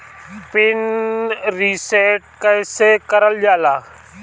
Pin reset कईसे करल जाला?